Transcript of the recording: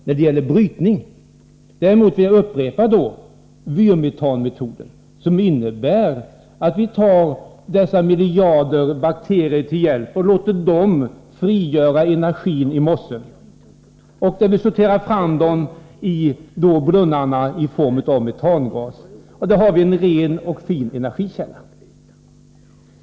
Däremot vill jag upprepa det jag tidigare sade om vyrmetanmetoden — som innebär att vi tar miljarder bakterier till hjälp och låter dem frigöra energin i mossen. Vi kan sedan sortera dem i brunnarna och få ut metangas. Där har vi en ren och fin energikälla.